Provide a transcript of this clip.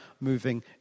moving